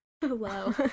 Hello